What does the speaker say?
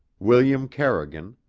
william carrigan,